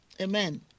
Amen